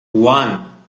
one